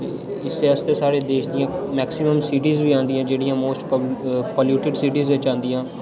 ते इस्सै आस्तै साढ़े देश दियां मैक्सिमम सिटीज़ बी आंदियां जेह्ड़िया मोस्ट पलूटड सिटीज़ च आंदियां